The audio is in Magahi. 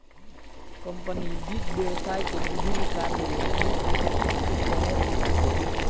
कंपनी वित्त व्यवसाय के विभिन्न कार्य ले रूपरेखा प्रस्तुत करय हइ